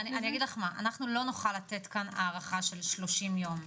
לזה -- אנחנו לא נוכל לתת כאן הארכה של 30 יום.